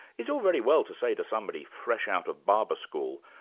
it's all very well to say to somebody fresh out of barber school,